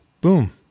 boom